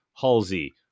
Halsey